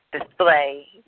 display